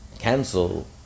cancel